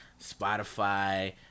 Spotify